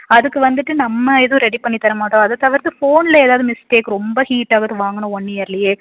அதுக்கு வந்துட்டு நம்ம எதுவும் ரெடி பண்ணி தர மாட்டோம் அதை தவிர்த்து ஃபோனில் ஏதாவது மிஸ்டேக் ரொம்ப ஹீட் ஆகுது வாங்கின ஒன் இயர்லியே